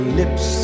lips